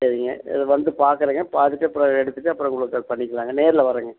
சரிங்க இது வந்து பார்க்குறேங்க பார்த்துட்டு அப்புறம் எடுத்துகிட்டு அப்புறம் உங்களுக்கு அது பண்ணிக்கலாங்க நேரில் வரேங்க